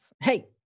Hey